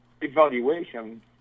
evaluation